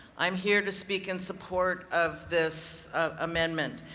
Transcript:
i'm here to speak in support of this amendment.